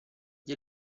gli